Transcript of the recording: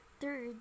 Third